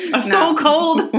stone-cold